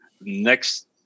next